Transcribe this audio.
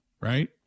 right